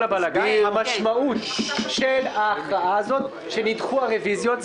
הבלאגן המשמעות של ההכרעה הזו שנדחו הרביזיות.